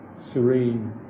serene